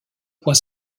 point